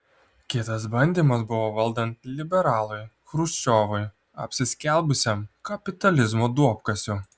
kitas bandymas buvo valdant liberalui chruščiovui apsiskelbusiam kapitalizmo duobkasiu